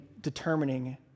determining